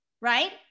right